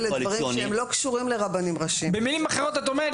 לדברים שהם לא קשורים לרבנים ראשיים --- במילים אחרות את אומרת לי,